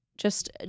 Just-